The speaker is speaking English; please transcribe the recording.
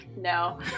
No